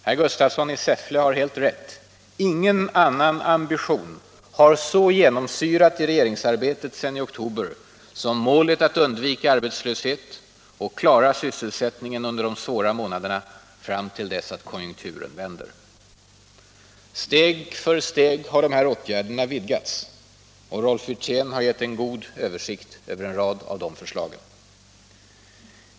Herr Gustafsson i Säffle har alldeles rätt: ingen annan ambition har så genomsyrat regeringsarbetet sedan i oktober som målet att undvika arbetslöshet och klara sysselsättningen under de svåra månaderna fram till dess konjunkturen vänder. Steg för steg har åtgärderna vidgats. Rolf Wirtén har givit en god översikt över en rad av de förslagen.